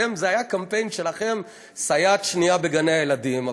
זה היה הקמפיין שלכם: סייעת שנייה בגני הילדים.